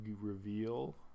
reveal